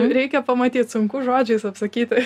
reikia pamatyt sunku žodžiais apsakyti